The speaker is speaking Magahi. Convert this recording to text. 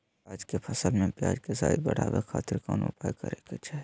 प्याज के फसल में प्याज के साइज बढ़ावे खातिर कौन उपाय करे के चाही?